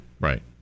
right